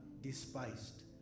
despised